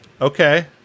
okay